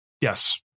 Yes